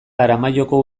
aramaioko